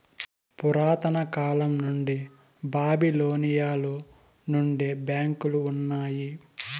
పురాతన కాలం నుండి బాబిలోనియలో నుండే బ్యాంకులు ఉన్నాయి